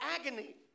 agony